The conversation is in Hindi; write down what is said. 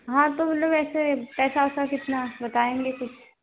हाँ तो वो लोग ऐसे पैसा वैसा कितना बताएँगे कुछ